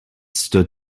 stood